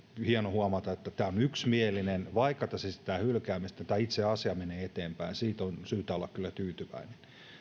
hieno huomata että tämä on yksimielinen vaikka tässä esitetään hylkäämistä tämä itse asia menee eteenpäin siitä on syytä olla kyllä tyytyväinen